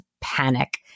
Panic